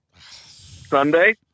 Sunday